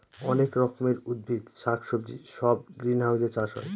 অনেক রকমের উদ্ভিদ শাক সবজি সব গ্রিনহাউসে চাষ হয়